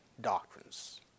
doctrines